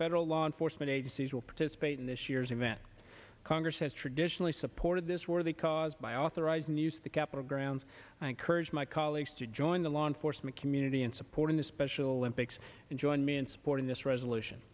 federal law enforcement agencies will participate in this year's event congress has traditionally supported this war the caused by authorized news the capitol grounds i encourage my colleagues to join the law enforcement community in supporting the special olympics and join me in supporting this resolution